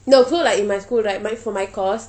no so like in my school right my for my course